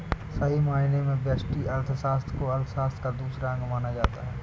सही मायने में व्यष्टि अर्थशास्त्र को अर्थशास्त्र का दूसरा अंग माना जाता है